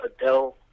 Adele